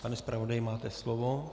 Pane zpravodaji, máte slovo.